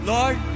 Lord